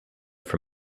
for